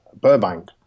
Burbank